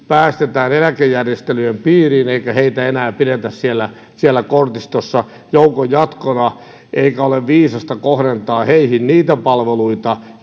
päästetään eläkejärjestelyjen piiriin eikä heitä enää pidetä siellä siellä kortistossa joukon jatkona eikä ole viisasta kohdentaa heihin niitä palveluita